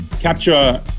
capture